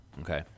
okay